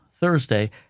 Thursday